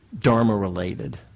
Dharma-related